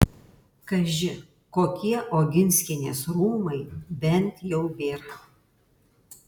kaži kokie oginskienės rūmai bent jau bėra